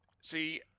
See